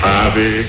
Happy